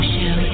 Show